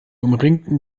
umringten